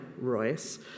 Royce